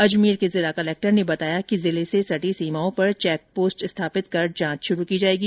अजमेर के जिला कलेक्टर ने बताया कि जिले से सटी सीमाओं पर चैक पोस्ट स्थापित कर जांच शुरू की जाएगी